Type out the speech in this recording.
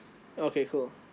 okay cool